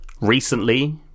recently